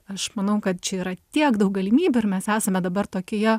aš manau kad čia yra tiek daug galimybių ir mes esame dabar tokioje